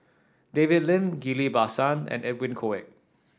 David Lim Ghillie Basan and Edwin Koek